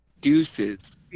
deuces